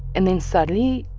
and then suddenly,